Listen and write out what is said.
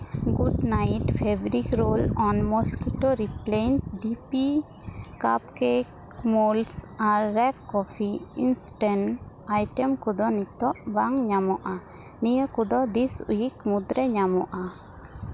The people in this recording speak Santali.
good night fabric roll on mosquito repellent D P cupcake moulds ᱟᱨ ᱨᱮᱜᱽ ᱠᱚᱯᱷᱤ ᱤᱱᱥᱴᱮᱱᱴ ᱟᱭᱴᱮᱢ ᱠᱚ ᱫᱚ ᱱᱤᱛ ᱵᱟᱝ ᱧᱟᱢᱚᱜᱼᱟ ᱱᱤᱭᱟᱹ ᱠᱚᱫᱚ ᱫᱤᱥ ᱩᱭᱤᱠ ᱢᱩᱫ ᱨᱮ ᱧᱟᱢᱚᱜᱼᱟ